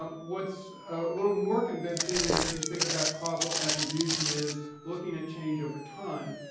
ah what's a little more convincing if you think about causal attribution is looking at change over time.